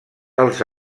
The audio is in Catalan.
els